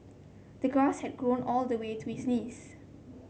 the grass had grown all the way to his knees